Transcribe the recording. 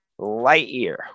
Lightyear